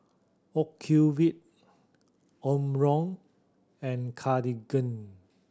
Ocuvite Omron and Cartigain